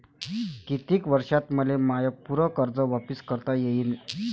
कितीक वर्षात मले माय पूर कर्ज वापिस करता येईन?